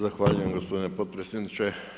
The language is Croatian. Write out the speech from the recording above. Zahvaljujem gospodine potpredsjedniče.